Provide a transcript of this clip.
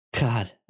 God